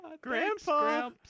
Grandpa